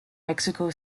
mexico